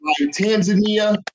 Tanzania